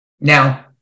Now